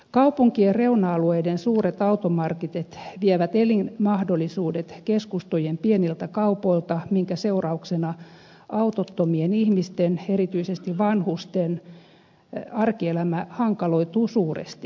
kaupunkien reuna alueiden suuret automarketit vievät elinmahdollisuudet keskustojen pieniltä kaupoilta minkä seurauksena autottomien ihmisten erityisesti vanhusten arkielämä hankaloituu suuresti